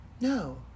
No